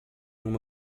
uma